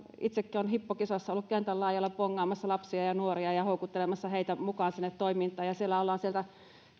itsekin olen hippo kisassa ollut kentän laidalla bongaamassa lapsia ja nuoria ja houkuttelemassa heitä mukaan sinne toimintaan siellä ollaan sieltä